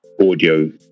audio